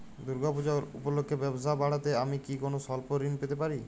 দূর্গা পূজা উপলক্ষে ব্যবসা বাড়াতে আমি কি কোনো স্বল্প ঋণ পেতে পারি?